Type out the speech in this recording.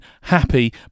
happy